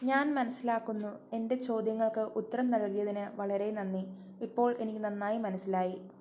ഞാൻ മനസിലാക്കുന്നു എന്റെ ചോദ്യങ്ങൾക്ക് ഉത്തരം നൽകിയതിന് വളരെ നന്ദി ഇപ്പോൾ എനിക്ക് നന്നായി മനസ്സിലായി